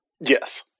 Yes